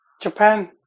Japan